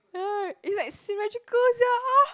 ya is like symmetrical sia